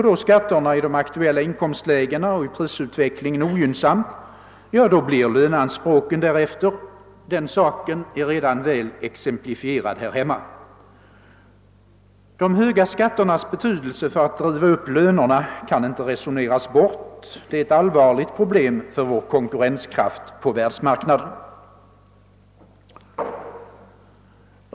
Om skatterna stiger i de aktuella inkomstlägena och prisutvecklingen är ogynnsam blir löneanspråken därefter. På den saken har vi redan fått goda exempel här hemma. De höga skatternas betydelse när det gäller att driva upp lönerna kan inte resoneras bort. Det är ett allvarligt problem för vår konkurrenskraft på världsmarknaden.